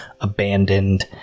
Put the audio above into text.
abandoned